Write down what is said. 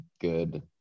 good